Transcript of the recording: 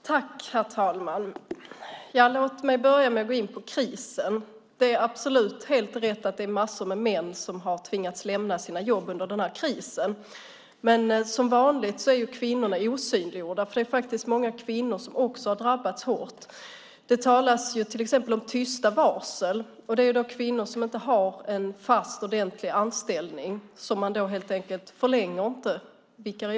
Herr talman! Låt mig börja med att gå in på krisen. Det är absolut helt rätt att det är massor av män som har tvingats lämna sina jobb under krisen. Men som vanligt är kvinnorna osynliggjorda. Det är också många kvinnor som har drabbats hårt. Det talas till exempel om tysta varsel. Det är kvinnor som inte har en fast och ordentlig anställning som man helt enkelt inte förlänger vikariaten för.